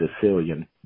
Sicilian